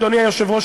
אדוני היושב-ראש,